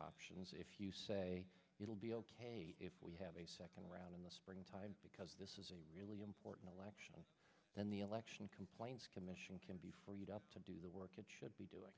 options if you say it'll be ok if we have a second round in the spring time because this is a really important election and the election complaints commission can be freed up to do the work it should be doing